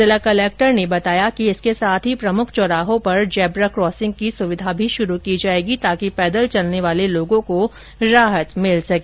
जिला कलेक्टर प्रकाश राज पुरोहित ने बताया कि इसके साथ ही प्रमुख चौराहों पर जेब्रा कॉसिंग की सुविधा भी शुरू की जाएगी ताकि पैदल चलने वाले लोगों को राहत मिल सके